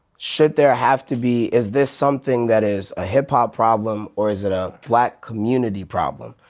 should there have to be, is this something that is a hip hop problem, or is it a black community problem?